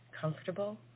comfortable